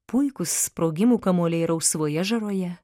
puikūs sprogimų kamuoliai rausvoje žaroje